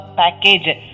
package